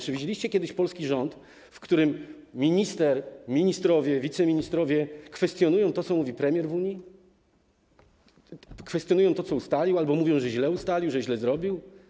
Czy widzieliście kiedyś polski rząd, w którym ministrowie, wiceministrowie kwestionują to, co mówi premier w Unii, kwestionują to, co ustalił, albo mówią, że źle ustalił, że źle zrobił?